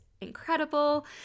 incredible